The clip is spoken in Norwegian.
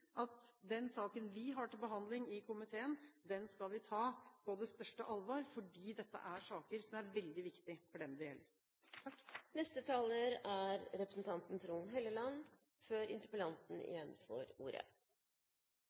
at den saken vi har til behandling i komiteen, skal vi ta på største alvor, for dette er saker som er veldig viktig for dem det gjelder. Det er